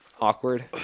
Awkward